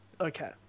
Okay